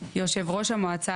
תומר למה צריך פעמיים?